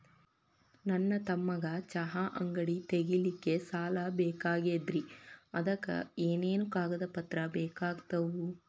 ನನ್ನ ತಮ್ಮಗ ಚಹಾ ಅಂಗಡಿ ತಗಿಲಿಕ್ಕೆ ಸಾಲ ಬೇಕಾಗೆದ್ರಿ ಅದಕ ಏನೇನು ಕಾಗದ ಪತ್ರ ಬೇಕಾಗ್ತವು?